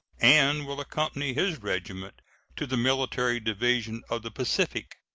and will accompany his regiment to the military division of the pacific.